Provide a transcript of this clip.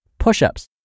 push-ups